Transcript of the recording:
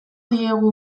diegu